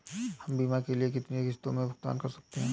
हम बीमा के लिए कितनी किश्तों में भुगतान कर सकते हैं?